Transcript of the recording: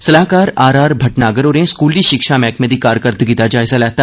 सलाहकार R R Bhatnagar होरें स्कूली शिक्षा मैहकमे दी कारकरदगी दा जायजा लैता